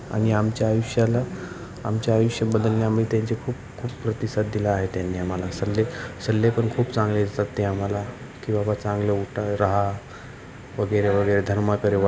आणि आमच्या आयुष्याला आमच्या आयुष्य बदलणे आम्ही त्यांचे खूप खूप प्रतिसाद दिलं आहे त्यांनी आम्हाला सल्ले सल्ले पण खूप चांगले ते आम्हाला की बाबा चांगलं उठा रहा वगैरे वगैरे धर्माकडे व